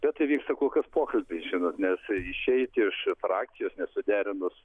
bet tai vyksta kol kas pokalbiai žinot nes išeiti iš frakcijos nesuderinus